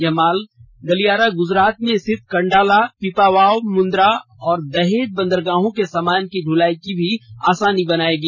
यह माल गलियारा गुजरात में स्थित कन्डला पीपावाव मुंद्रा तथा दहेज बंदरगाहों से सामान की द्वलाई को भी आसान बना देगा